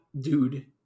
dude